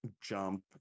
jump